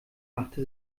machte